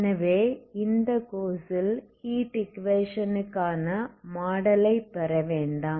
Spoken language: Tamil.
எனவே இந்த கோர்ஸ் ல் ஹீட் ஈக்குவேஷனுக்கான மாடலை பெற வேண்டாம்